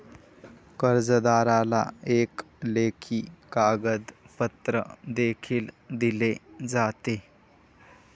कर्जदाराला एक लेखी कागदपत्र देखील दिले जाते